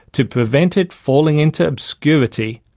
to prevent it falling into obscurity,